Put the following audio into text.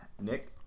Nick